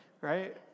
right